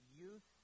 youth